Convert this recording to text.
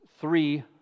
three